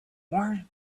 more